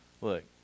Look